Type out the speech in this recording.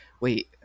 Wait